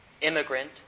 immigrant